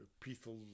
peaceful